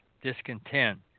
discontent